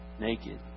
naked